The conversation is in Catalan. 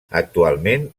actualment